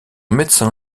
médecin